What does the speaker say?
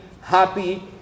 happy